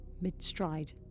mid-stride